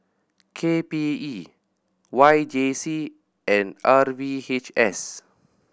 K P E Y J C and R V H S